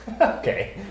Okay